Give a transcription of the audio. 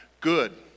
Good